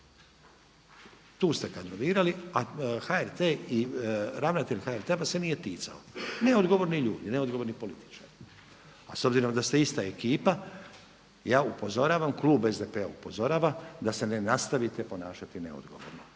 Tu ste kadrovirali, a HRT i ravnatelj HRT-a vas se nije ticao, neodgovorni ljudi, neodgovorni političari. A s obzirom da ste ista ekipa ja upozoravam, klub SDP-a upozorava da se ne nastavite ponašati neodgovorno